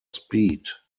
speed